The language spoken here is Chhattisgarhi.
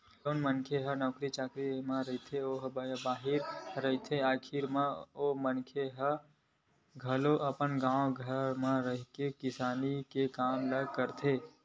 जउन मनखे मन ह नौकरी चाकरी म रहिके बाहिर रहिथे आखरी म ओ मनखे मन ह घलो अपन गाँव घर म रहिके खेती किसानी के काम ल करथे